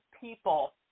people